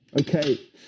Okay